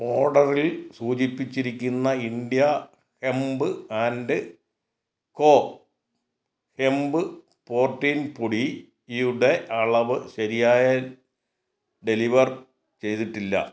ഓർഡറിൽ സൂചിപ്പിച്ചിരിക്കുന്ന India hemp and co hemp protein പൊടിയുടെ അളവ് ശരിയായ ഡെലിവർ ചെയ്തിട്ടില്ല